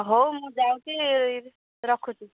ହଉ ମୁଁ ଯାଉଛି ରଖୁଛି